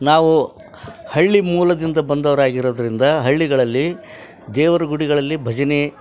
ನಾವು ಹಳ್ಳಿ ಮೂಲದಿಂದ ಬಂದವರಾಗಿರೋದರಿಂದ ಹಳ್ಳಿಗಳಲ್ಲಿ ದೇವ್ರ ಗುಡಿಗಳಲ್ಲಿ ಭಜನೆ